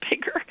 bigger